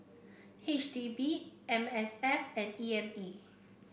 H D B M S F and E M A